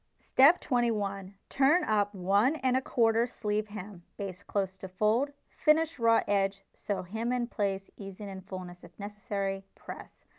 step twenty one turn up one and a quarter sleeve hem base close to fold, finish raw edge, so hem in place, easing in fullness, if necessary press.